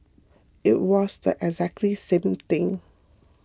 it was the exact same thing